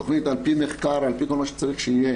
תוכנית על פי מחקר ועל פי כל מה שצריך שיהיה,